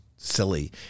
silly